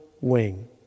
wing